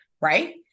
right